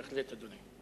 בהחלט, אדוני.